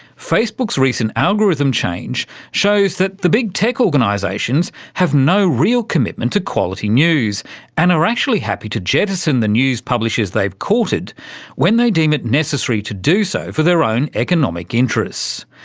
facebook's recent algorithm change shows that the big tech organisations have no real commitment to quality news and are actually happy to jettison the news publishers they've courted when they deem it necessary to do so for their own economic interests.